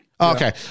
Okay